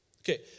Okay